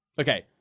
Okay